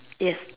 yes